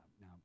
now